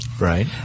Right